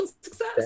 success